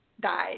died